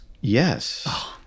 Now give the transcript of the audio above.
Yes